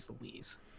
louise